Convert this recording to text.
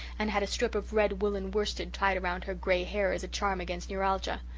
and had a strip of red woollen worsted tied around her grey hair as a charm against neuralgia.